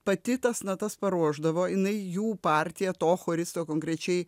pati tas natas paruošdavo jinai jų partija to choristo konkrečiai